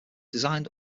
designed